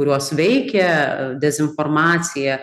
kuriuos veikia dezinformacija